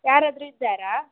ಯಾರಾದರೂ ಇದ್ದಾರಾ